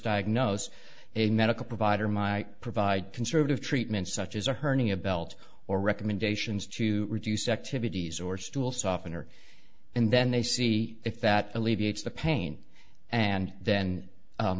diagnose a medical provider my provide conservative treatment such as a hernia belt or recommendations to reduce activities or stool softener and then they see if that alleviates the pain and then